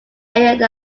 area